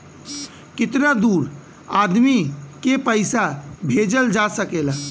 कितना दूर आदमी के पैसा भेजल जा सकला?